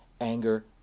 anger